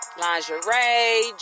lingerie